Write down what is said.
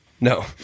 No